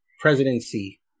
presidency